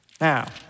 Now